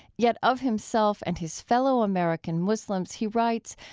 yet of himself and his fellow american muslims he writes,